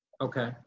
okay